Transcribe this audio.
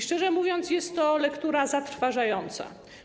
Szczerze mówiąc, jest to lektura zatrważająca.